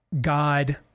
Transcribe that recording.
God